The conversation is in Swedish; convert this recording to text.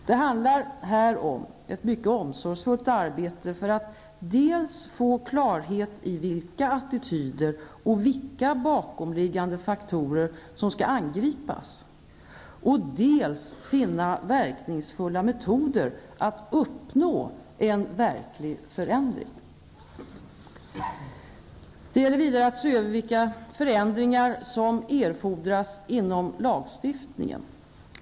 Det handlar om ett mycket omsorgsfullt arbete för att dels få klarhet i vilka attityder och vilka bakomliggande faktorer som skall angripas, dels finna verkningsfulla metoder att uppnå en verklig förändring. Det gäller vidare att se över vilka förändringar som erfordras inom lagstiftningen.